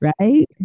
right